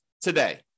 today